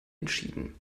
entschieden